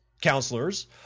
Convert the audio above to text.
counselors